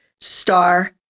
Star